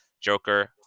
Joker